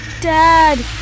Dad